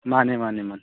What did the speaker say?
ꯃꯥꯅꯤ ꯃꯥꯅꯤ ꯃꯥꯅꯤ